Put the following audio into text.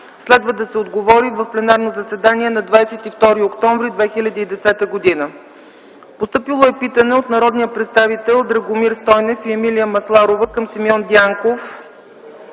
Следва да се отговори в пленарното заседание на 22 октомври 2010 г. Питане от народните представители Драгомир Стойнев и Емилия Масларова към Симеон Дянков